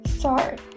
sorry